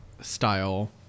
style